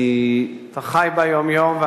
אתה חי בה יום-יום,